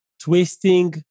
Twisting